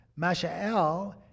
Masha'el